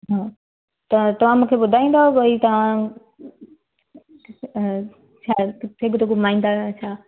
हा त तव्हां मूंखे ॿुधाईंदव बई तव्हां किथे बि घुमाईंदा आहियो छा